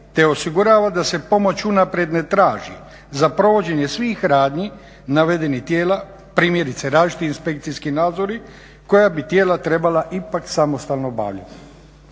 te osigurava da se pomoć unaprijed ne traži za provođenje svih radnji navedenih tijela primjerice različiti inspekcijski nadzori koja bi tijela trebala ipak samostalno obavljati.